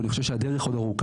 אבל אני חושב שהדרך עוד ארוכה.